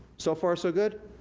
so far, so good?